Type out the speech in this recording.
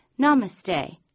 namaste